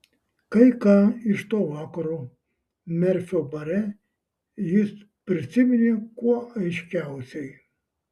kai ką iš to vakaro merfio bare jis prisiminė kuo aiškiausiai